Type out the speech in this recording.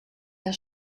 der